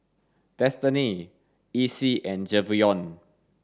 Destiney Essie and Javion